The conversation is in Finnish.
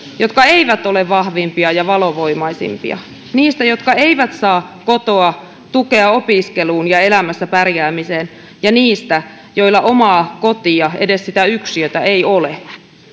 jotka eivät ole vahvimpia ja valovoimaisimpia niistä jotka eivät saa kotoa tukea opiskeluun ja elämässä pärjäämiseen ja niistä joilla omaa kotia edes sitä yksiötä ei ole